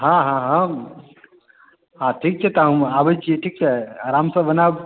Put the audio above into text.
हँ हँ हँ हँ ठीक छै तऽ हमहुँ आबैत छी ठीक छै आरामसँ बनाउ